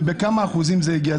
ולכמה אחוזים זה הגיע.